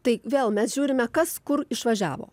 tai vėl mes žiūrime kas kur išvažiavo